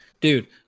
dude